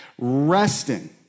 resting